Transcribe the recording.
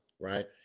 right